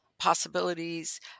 possibilities